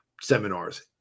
seminars